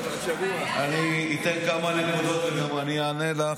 אני אתן כמה נקודות, וגם אני אענה לך,